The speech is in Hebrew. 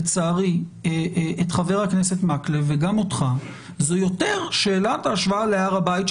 לצערי את חבר הכנסת מקלב וגם אותך זה יותר שאלת ההשוואה להר הבית,